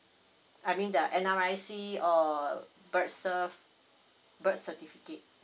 I mean the NRIC or birth cert birth certificate